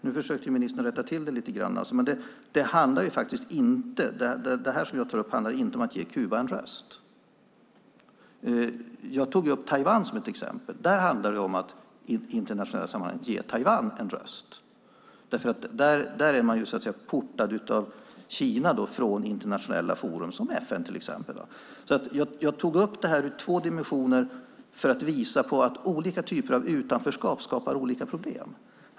Nu försökte ministern rätta till det, men det som jag tar upp handlar inte om att ge Kuba en röst. Jag tog upp Taiwan som ett exempel. Där handlar det om att i det internationella sammanhanget ge Taiwan en röst. Där är man så att säga portad av Kina från internationella forum som FN till exempel. Jag tog upp två dimensioner på detta för att visa att olika typer av utanförskap skapar olika problem.